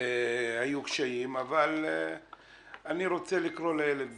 שהיו קשיים אבל אני רוצה לקרוא לילד בשמו.